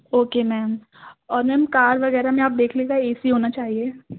okay ma'am اور ma'am car وغیرہ میں آپ دیکھ لیجیے گا اے سی ہونا چاہیے